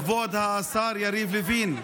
כבוד השר יריב לוין,